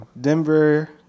denver